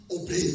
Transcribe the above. obey